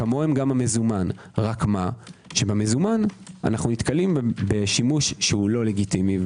כמוהם גם המזומן רק שבמזומן אנו נתקלים בשימוש שאינו לגיטימי,